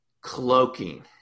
cloaking